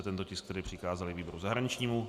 Tento tisk jsme přikázali výboru zahraničnímu.